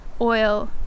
oil